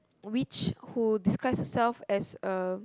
witch who disguise herself as a